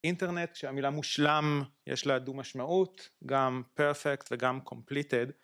אינטרנט שהמילה מושלם יש לה דו משמעות גם perfect וגם completed